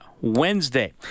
Wednesday